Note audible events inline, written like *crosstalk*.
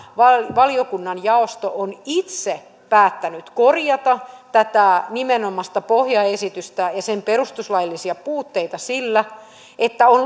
valiokunnan jaosto on itse päättänyt korjata tätä nimenomaista pohjaesitystä ja sen perustuslaillisia puutteita sillä että on *unintelligible*